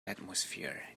atmosphere